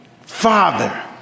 Father